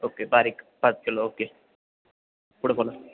okay बारीक पाच kilo okay पुढं बोला